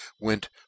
went